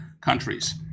countries